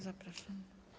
Zapraszam.